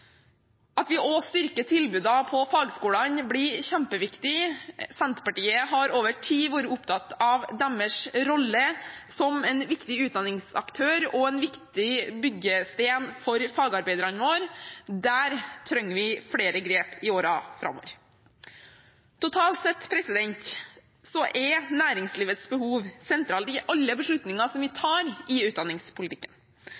At vi også styrker tilbudene på fagskolene, blir kjempeviktig. Senterpartiet har over tid vært opptatt av deres rolle som en viktig utdanningsaktør og en viktig byggestein for fagarbeiderne våre. Der trenger vi flere grep i årene framover. Totalt sett er næringslivets behov sentralt i alle beslutninger som vi